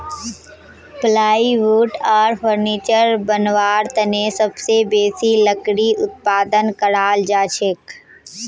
plywood आर furniture बनव्वार तने सबसे बेसी लकड़ी उत्पादन कराल जाछेक